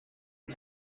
que